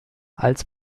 als